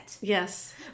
Yes